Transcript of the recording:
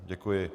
Děkuji.